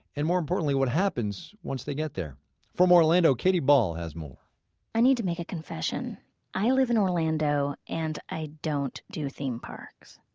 and more importantly what happens once they get there from orlando, katie ball, has more i need to make a confession i live in orlando, and i don't do theme parks.